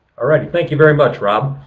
alrighty. thank you very much, rob.